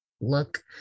look